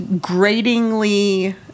gratingly